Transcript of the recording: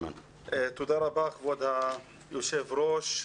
תודה רבה, כבוד היושב-ראש.